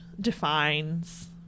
defines